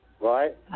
Right